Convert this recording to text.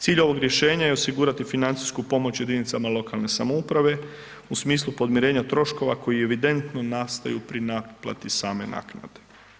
Cilj ovog rješenja je osigurati financijsku pomoć jedinicama lokalne samouprave u smislu podmirenja troškova koji evidentno nastaju pri naplate same naknade.